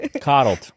coddled